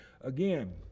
Again